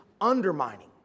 undermining